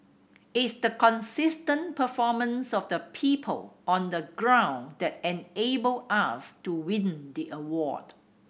it's the consistent performance of the people on the ground that enabled us to win the award